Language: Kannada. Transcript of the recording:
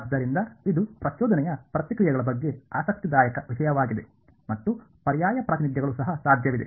ಆದ್ದರಿಂದ ಇದು ಪ್ರಚೋದನೆಯ ಪ್ರತಿಕ್ರಿಯೆಗಳ ಬಗ್ಗೆ ಆಸಕ್ತಿದಾಯಕ ವಿಷಯವಾಗಿದೆ ಮತ್ತು ಪರ್ಯಾಯ ಪ್ರಾತಿನಿಧ್ಯಗಳು ಸಹ ಸಾಧ್ಯವಿದೆ